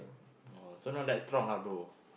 oh so not that strong lah bro